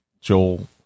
Joel